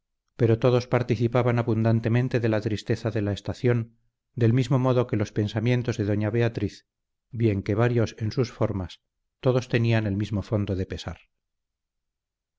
pero todos participaban abundantemente de la tristeza de la estación del mismo modo que los pensamientos de doña beatriz bien que varios en sus formas todos tenían el mismo fondo de pesar